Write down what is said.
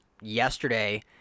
yesterday –